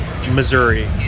Missouri